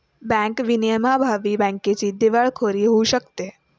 bank विनियमांअभावी बँकेची दिवाळखोरी होऊ शकते